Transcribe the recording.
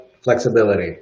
flexibility